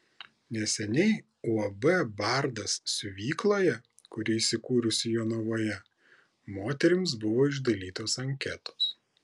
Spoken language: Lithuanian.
neseniai uab bardas siuvykloje kuri įsikūrusi jonavoje moterims buvo išdalytos anketos